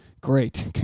Great